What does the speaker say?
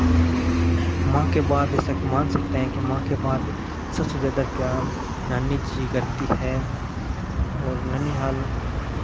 माँ के बाद ऐसा मान सकते हैं कि माँ के बाद सबसे ज़्यादा प्यार नानी जी ही करती है और ननिहाल